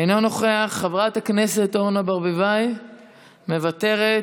אינו נוכח, חברת הכנסת אורנה ברביבאי, מוותרת,